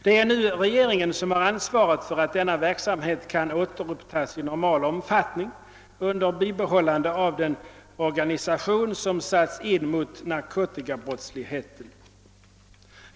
Det är nu regeringen som har ansvaret för att denna verksamhet kan återupptas i normal omfattning under bibehållande av den organisation som satts in mot narkotikabrottsligheten.